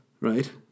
right